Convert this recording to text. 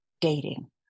dating